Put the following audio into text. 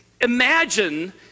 Imagine